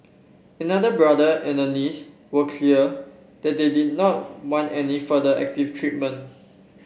another brother and a niece were clear that they did not want any further active treatment